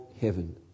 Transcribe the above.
heaven